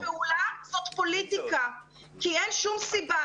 זה פעולה זאת פוליטיקה כי אין שום סיבה.